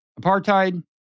apartheid